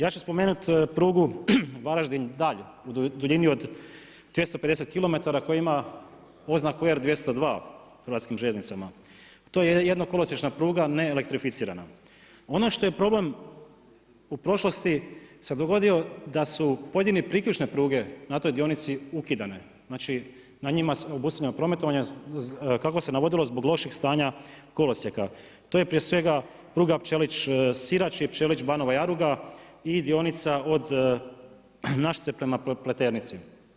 Ja ću spomenuti prugu Varaždin-Dalj u duljini od 250km koja ima oznaku R202 u HŽ-u. to je jedno kolosiječna pruga ne elektrificirana, ono što je problem u prošlosti se dogodio da su pojedine priključne pruge na toj dionici ukidane, znači na njima je osustavljeno prometovanje kako se navodilo zbog lošeg stanja kolosijeka, to je prije svega pruga Pčelić-Sirač i Pčelić-Banova Jaruga i dionica od Našice prema Pleternici.